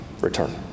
return